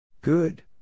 Good